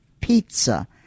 pizza